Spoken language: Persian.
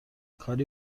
کاری